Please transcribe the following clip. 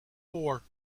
four